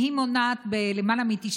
והיא מונעת את ההדבקה בלמעלה מ-90%.